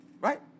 right